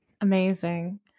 Amazing